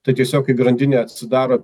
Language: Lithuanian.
tai tiesiog kai grandinė atsidaro